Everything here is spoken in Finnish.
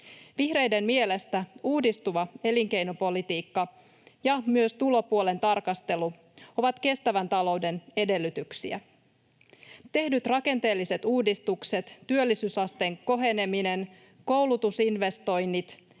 Vihreiden mielestä uudistuva elinkeinopolitiikka ja myös tulopuolen tarkastelu ovat kestävän talouden edellytyksiä. Tehdyt rakenteelliset uudistukset, työllisyysasteen koheneminen, koulutusinvestoinnit